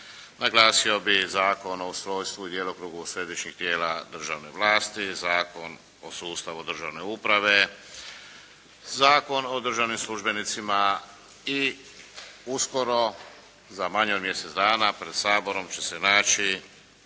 Naglasio bih Zakon o ustrojstvu i djelokrugu središnjih tijela državne vlasti, Zakon o sustavu državne uprave, Zakon o državnim službenicima i uskoro za manje od mjesec dana pred Saborom će se naći